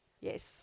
Yes